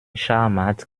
schachmatt